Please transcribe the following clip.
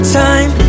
time